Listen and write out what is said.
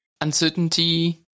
Uncertainty